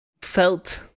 felt